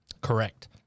Correct